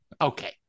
okay